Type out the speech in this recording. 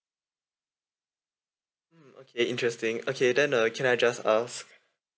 mm okay interesting okay then uh can I just ask